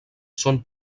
són